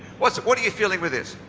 what so what are you feeling with this?